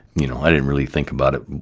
you know, i didn't really think about it,